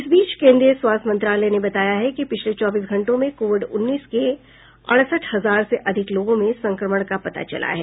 इस बीच केन्द्रीय स्वास्थ्य मंत्रालय ने बताया है कि पिछले चौबीस घंटों में कोविड उन्नीस के अडसठ हजार से अधिक लोगों में संक्रमण का पता चला है